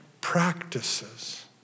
practices